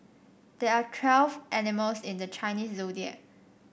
there are twelve animals in the Chinese Zodiac